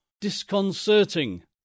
disconcerting